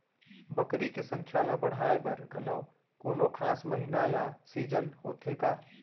बकरी के संख्या ला बढ़ाए बर घलव कोनो खास महीना या सीजन होथे का?